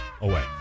away